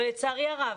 לצערי הרב